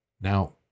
Now